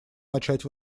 начать